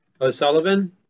O'Sullivan